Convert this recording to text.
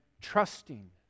trusting